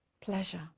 pleasure